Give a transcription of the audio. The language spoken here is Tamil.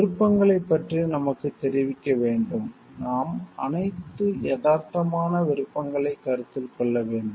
விருப்பங்களைப் பற்றி நமக்குத் தெரிவிக்க வேண்டும் நாம் அனைத்து யதார்த்தமான விருப்பங்களை கருத்தில் கொள்ள வேண்டும்